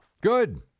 Good